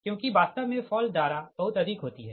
क्योंकि वास्तव में फॉल्ट धारा बहुत अधिक होती है